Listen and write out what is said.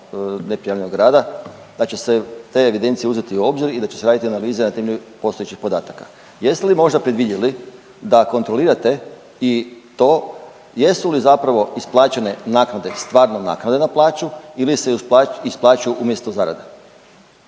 neprijavljenog rada da će se te evidencije uzeti u obzir i da će se raditi analiza na temelju postojećih podataka. Jeste li možda predvidjeli da kontrolirate i to jesu li zapravo isplaćene naknade, stvarno naknade na plaću ili se isplaćuju umjesto zarade?